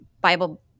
Bible